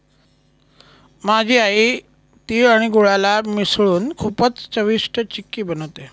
माझी आई तिळ आणि गुळाला मिसळून खूपच चविष्ट चिक्की बनवते